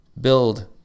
build